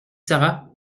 sara